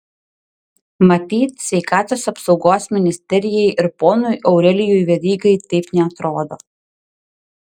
matyt sveikatos apsaugos ministerijai ir ponui aurelijui verygai taip neatrodo